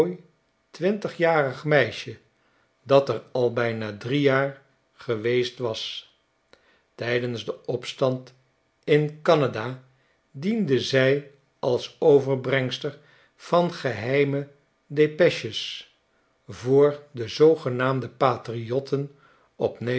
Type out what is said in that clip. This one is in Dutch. twintigjarig meisje dat er al bijna drie jaar geweest was tijdens den opstand in canada diende zij als overbrengster van geheime depechegvoor de zoogenaamde